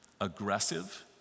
aggressive